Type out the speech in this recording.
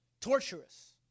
torturous